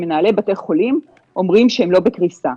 שמנהלי בתי החולים אומרים שהם לא בקריסה.